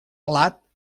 plat